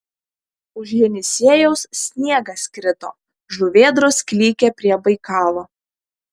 už jenisiejaus sniegas krito žuvėdros klykė prie baikalo